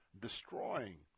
destroying